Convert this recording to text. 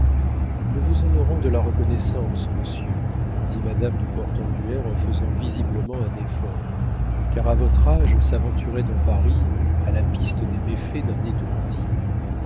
nous vous en aurons de la reconnaissance monsieur dit madame de portenduère en faisant visiblement un effort car à votre âge s'aventurer dans paris à la piste des méfaits d'un étourdi